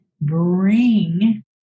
bring